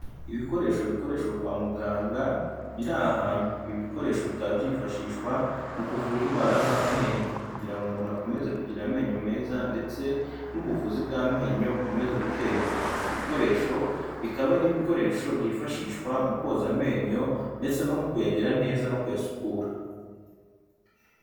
Ibikoresho bikoreshwa kwa muganga biri ahantu, ibikoresho bikaba byifashishwa mu kuvura indwara z'amenyo kugira ngo umuntu akomeze kugira amenyo meza ndetse n'ubuvuzi bw'amenyo bukomeze gutera imbere, ibikoresho bikaba ari ibikoresho byifashishwa mu koza amenyo ndetse no mu kuyagira neza no kuyasukura.